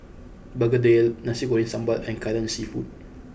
Begedil Nasi Goreng Sambal and Kai Lan seafood